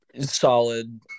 solid